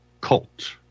Cult